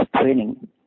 training